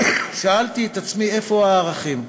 שאלתי את עצמי: איפה הערכים?